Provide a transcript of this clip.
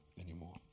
anymore